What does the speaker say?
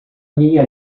minha